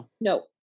No